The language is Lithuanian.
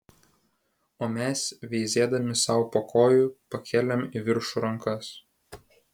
o mes veizėdami sau po kojų pakėlėm į viršų rankas